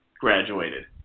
graduated